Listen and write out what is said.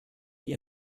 die